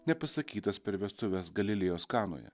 nepasakytas per vestuves galilėjos kanoje